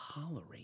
tolerate